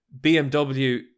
BMW